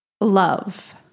love